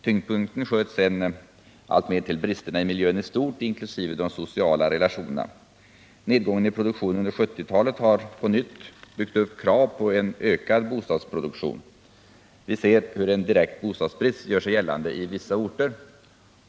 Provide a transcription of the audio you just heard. Tyngdpunkten sköts sedan alltmer över till bristerna i miljön i stort — inkl. de sociala relationerna. Nedgången i produktionen under 1970-talet har på nytt byggt upp krav på en ökad bostadsproduktion. Vi ser hur en direkt bostadsbrist gör sig gällande i vissa orter.